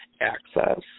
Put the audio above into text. access